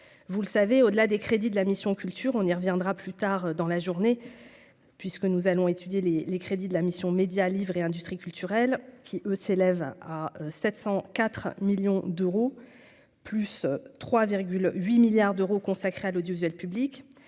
vous le savez, au-delà des crédits de la mission culture, on y reviendra plus tard dans la journée puisque nous allons étudier les les crédits de la mission Médias livre et industries culturelles qui s'élève à 704 millions d'euros, plus 3 virgule 8 milliards d'euros consacré à l'audiovisuel public,